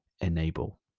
enable